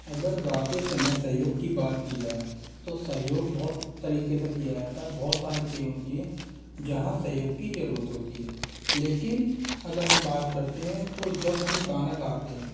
अगर गाते समय सहयोग की बात की जाए तो सहयोग बहुत तरीके से किया जाता है बहुत सारी चीज़ें होती हैं जहाँ सहयोग की ज़रूरत होती है लेकिन अगर हम बात करते हैं तो जब हम गाना गाते हैं